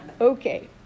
okay